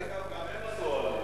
דרך אגב, גם הם עשו אוהלים.